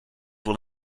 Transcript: will